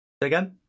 again